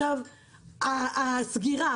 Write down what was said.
הסגירה,